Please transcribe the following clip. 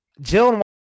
Jill